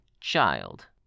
child